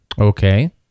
Okay